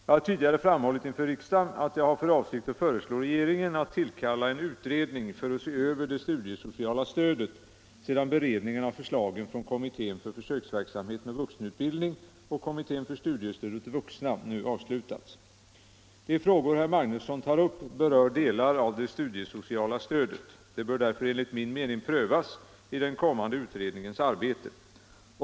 Jag har tidigare framhållit inför riksdagen att jag har för avsikt att föreslå regeringen att tillkalla en utredning för att se över det studiesociala stödet sedan beredningen av förslagen från kommittén för försöksverksamhet med vuxenutbildning och kommittén för studiestöd åt vuxna avslutats. De frågor herr Magnusson tar upp berör delar av det studiesociala stödet. De bör därför enligt min mening prövas i den kommande utredningens arbete.